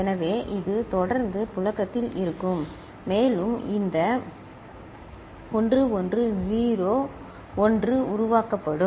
எனவே இது தொடர்ந்து புழக்கத்தில் இருக்கும் மேலும் இந்த ஜ 1 1 0 1 உருவாக்கப்படும்